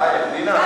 די, פנינה.